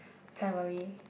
family